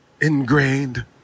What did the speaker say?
ingrained